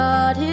God